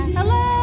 Hello